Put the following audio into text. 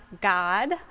God